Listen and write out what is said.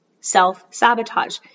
self-sabotage